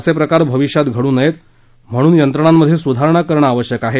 असे प्रकार भविष्यात घडू नयेत म्हणून यंत्रणांमध्ये सुधारणा करणे आवश्यक आहे